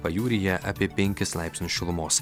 pajūryje apie penkis laipsnius šilumos